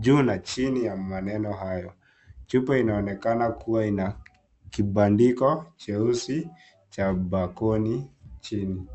juu na chini ya maneno hayo, chupa inaonekana kuwa ina, kibandiko, cheusi, cha bakoni, chini.